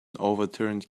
overturned